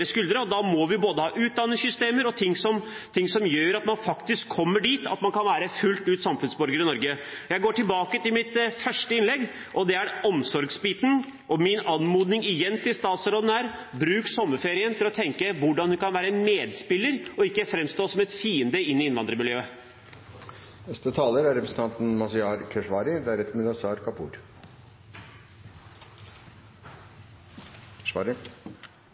må vi ha både utdanningssystemer og ting som gjør at man faktisk kommer dit at man kan være fullt ut samfunnsborger i Norge. Jeg går tilbake til mitt første innlegg, til omsorgsbiten, og min anmodning igjen til statsråden er: Bruk sommerferien til å tenke hvordan du kan være medspiller og ikke framstå som en fiende inn i innvandrermiljøet. Jeg er